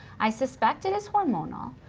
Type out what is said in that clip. i suspect it is hormonal.